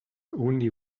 only